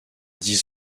dix